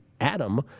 Adam